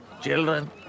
Children